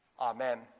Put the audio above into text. Amen